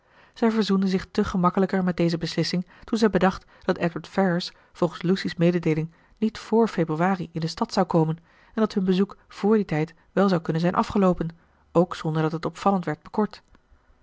zij verzoende zich te gemakkelijker met deze beslissing toen zij bedacht dat edward ferrars volgens lucy's mededeeling niet vr februari in de stad zou komen en dat hun bezoek vr dien tijd wel zou kunnen zijn afgeloopen ook zonder dat het opvallend werd bekort